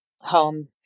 home